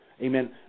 amen